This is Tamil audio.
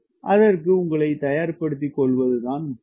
அதற்கு உங்களை தயார்படுத்திக் கொள்வது தான் முக்கியம்